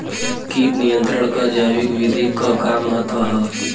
कीट नियंत्रण क जैविक विधि क का महत्व ह?